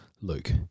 Luke